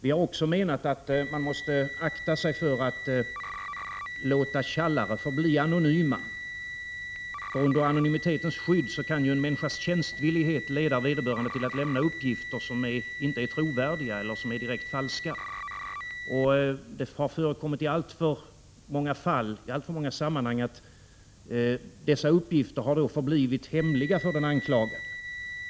Vi har också menat att man måste akta sig för att låta tjallare förbli anonyma, för under anonymitetens skydd kan ju en människas tjänstvillighet leda vederbörande till att lämna uppgifter som inte är trovärdiga eller som är direkt falska. Det har i alltför många sammanhang förekommit att sådana | uppgifter förblivit hemliga för den anklagade.